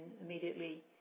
immediately